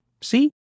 See